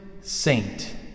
saint